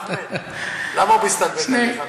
אחמד, למה הוא מסתלבט עליך?